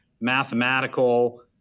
mathematical